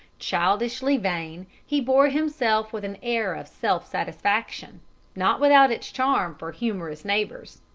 childishly vain, he bore himself with an air of self-satisfaction not without its charm for humorous neighbors.